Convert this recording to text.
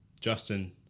Justin